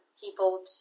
people